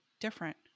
different